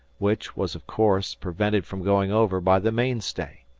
which was, of course, prevented from going over by the mainstay.